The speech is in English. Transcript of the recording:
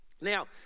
Now